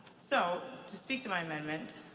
so to speak to my amendment,